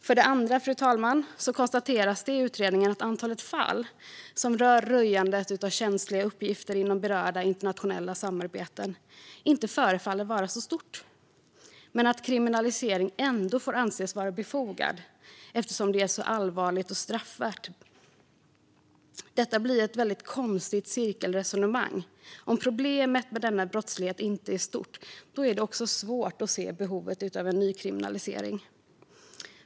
För det andra, fru talman, konstateras det i utredningen att antalet fall som rör röjande av känsliga uppgifter inom berörda internationella samarbeten inte förefaller vara så stort men att kriminalisering ändå får anses vara befogad eftersom det är så allvarligt och straffvärt. Detta blir ett väldigt konstigt cirkelresonemang. Om problemet med denna brottslighet inte är stort är det svårt att se behovet av en nykriminalisering.